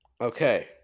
Okay